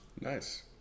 Nice